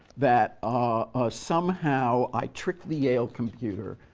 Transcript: that ah somehow i tricked the yale computer,